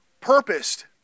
purposed